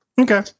Okay